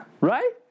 right